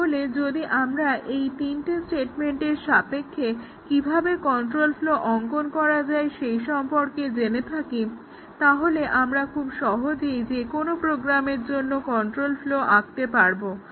তাহলে যদি আমরা এই তিনটে স্টেটমেন্টের সাপেক্ষে কিভাবে কন্ট্রোল ফ্লো অংকন করা যায় সেই সম্পর্কে জেনে থাকি তাহলে আমরা খুব সহজেই যেকোনো প্রোগ্রামের জন্য কন্ট্রোল ফ্লো আঁকতে পারবো